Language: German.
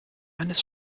eines